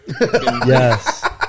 Yes